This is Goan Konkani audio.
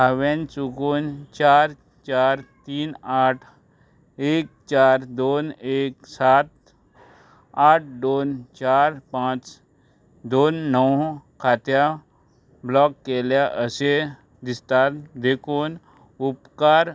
हांवें चुकून चार चार तीन आठ एक चार दोन एक सात आठ दोन चार पांच दोन णव खात्या ब्लॉक केल्या अशें दिसता देखून उपकार